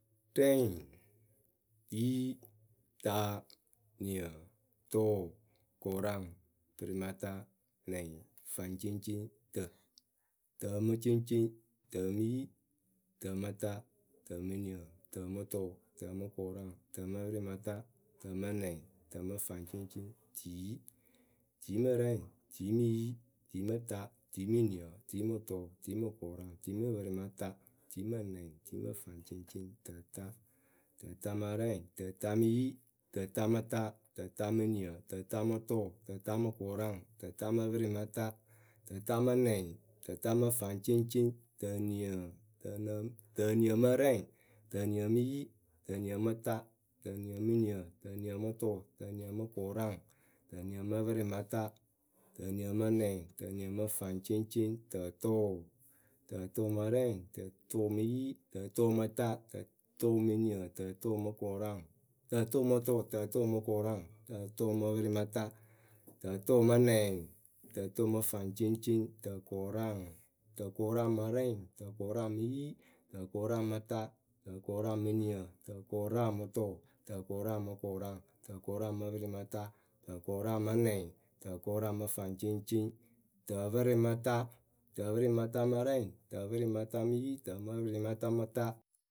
Rɛɩŋ, yii, taa, niǝ, tʊʊ. kʊraŋ, pɨrɩmata, nɛŋ, faŋceŋceŋ, tǝ. tǝmɨceŋceŋ, tǝmɨyi. tǝmɨta, tǝmɨniǝ, tǝmɨtʊʊ, tǝmɨkʊraŋ, tǝmɨpɨrɩmata, tǝmɨnɛŋ, tǝmɨfaŋceŋceŋ, tiyi. tiimɨrɛŋ, tiimɨyi, tiimɨta, tiimɨniǝ, tiimɨtʊʊ, tiimɨkʊraŋ, tiimɨpɨrɩmata, tiimɨnɛŋ, tiimɨfaŋceŋceŋ, tǝta. tǝtamɨrɛŋ, tǝtamɨyi. tǝtamɨta, tǝtamɨniǝ, tǝtamɨtʊʊ, tǝtamɨkʊraŋ, tǝtamɨpɨrɩmata. tǝtamɨnɛŋ, tǝtamɨfaŋceŋceŋ, tǝniǝǝ, tǝnǝ tǝniǝmɨrɛŋ, tǝniǝmɨyi, tǝniǝmɨta. tǝniǝmɨniǝ, tǝniǝmɨtʊʊ, tǝniǝmɨkʊraŋ, tǝniǝmɨpɨrɩmata. tǝniǝmɨnɛŋ, tǝniǝmɨfaŋceŋceŋ, tǝtʊʊ. tǝtʊʊmɨrɛŋ, tǝtʊʊmɨyi, tǝtʊʊmɨta, tǝtʊʊmɨniǝ, tǝtʊʊmɨkʊraŋ. tǝtʊʊmɨtʊʊ, tǝtʊʊmɨkʊraŋ, tǝtʊʊmɨpɨrɩmata, tǝtʊʊmɨnɛŋ, tǝtʊʊmɨfaŋceŋceŋ, tǝkʊraŋ. tǝkʊraŋmɨrɛŋ, tǝkʊraŋmɨyi, tǝkʊraŋmɨta. tǝkʊraŋmɨniǝ, tǝkʊraŋmɨtʊʊ, tǝkʊraŋmɨkʊraŋ, tǝkʊraŋmɨkʊraŋ, tǝkʊraŋmɨpɨrɩmata, tǝkʊraŋmɨnɛŋ, tǝkʊraŋmɨfaŋceŋceŋ. tǝpɨrɩmata. tǝpɨrɩmatamɨrɛŋ, tǝpɨrɩmatamɨyi, tǝmɨpɨrɩmatamɨta.